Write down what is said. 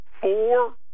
four